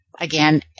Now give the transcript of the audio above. again